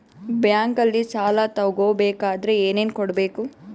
ಬ್ಯಾಂಕಲ್ಲಿ ಸಾಲ ತಗೋ ಬೇಕಾದರೆ ಏನೇನು ಕೊಡಬೇಕು?